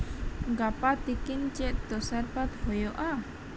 ᱜᱟᱯᱟ ᱛᱤᱠᱤᱱ ᱪᱮᱫ ᱛᱩᱥᱟᱨ ᱯᱟᱛ ᱦᱳᱭᱳᱜᱼᱟ